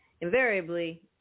Invariably